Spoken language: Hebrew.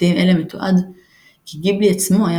בקטעים אלה מתועד כי גיבלי עצמו היה